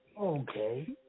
Okay